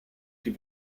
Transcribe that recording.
die